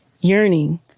yearning